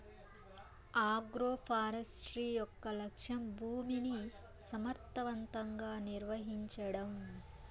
agroforestry యొక్క లక్ష్యం భూమిని సమర్ధవంతంగా నిర్వహించడం